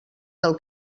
del